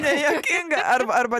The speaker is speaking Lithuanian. nejuokinga arba arba